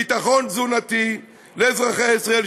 ביטחון תזונתי לאזרחי ישראל,